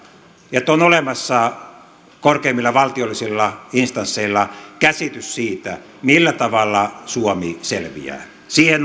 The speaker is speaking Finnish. että on olemassa korkeimmilla valtiollisilla instansseilla käsitys siitä millä tavalla suomi selviää siihen